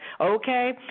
okay